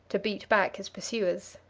to beat back his pursuers.